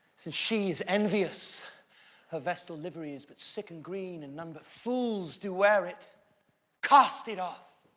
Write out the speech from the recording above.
since she is envious her vestal livery is but sick and green and none but fools do wear it cast it off.